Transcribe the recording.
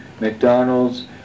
McDonald's